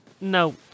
No